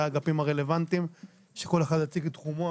האגפים הרלוונטיים שכל אחד יציג את תחומו.